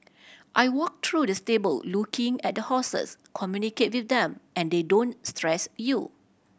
I walk through the stable looking at the horses communicate with them and they don't stress you